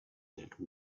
that